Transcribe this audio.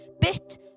bit